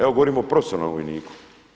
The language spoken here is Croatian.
Evo govorim o profesionalnom vojniku.